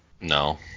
No